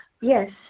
yes